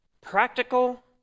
Practical